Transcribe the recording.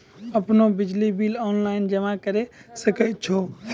आपनौ बिजली bill online जमा करै सकै छौ?